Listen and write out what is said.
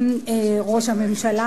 ראש הממשלה,